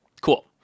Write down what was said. Cool